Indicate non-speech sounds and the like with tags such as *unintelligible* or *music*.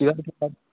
*unintelligible* के पास